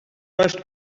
first